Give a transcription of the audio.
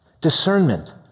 Discernment